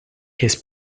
his